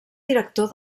director